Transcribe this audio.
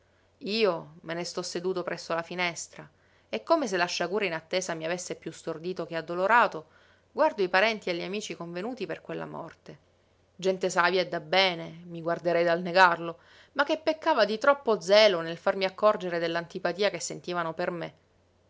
io me ne sto seduto presso la finestra e come se la sciagura inattesa mi avesse piú stordito che addolorato guardo i parenti e gli amici convenuti per quella morte gente savia e dabbene mi guarderei dal negarlo ma che peccava di troppo zelo nel farmi accorgere dell'antipatia che sentivano per me